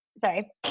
sorry